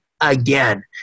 again